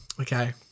Okay